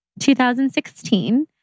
2016